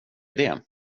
det